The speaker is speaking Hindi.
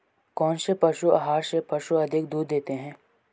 कौनसे पशु आहार से पशु अधिक दूध देते हैं?